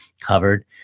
covered